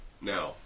now